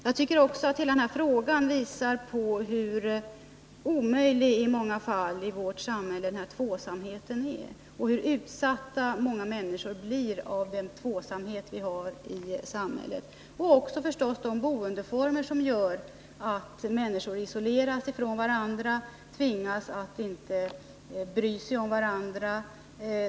Jag tycker att hela den här diskussionen visar hur omöjlig tvåsamheten i vårt samhälle är i många fall och hur utsatta många människor blir genom denna tvåsamhet och naturligtvis genom de boendeformer som gör att människor isoleras från varandra, tvingas att inte bry sig om varandra.